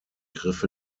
griff